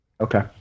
Okay